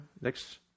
next